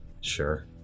sure